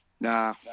Nah